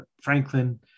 Franklin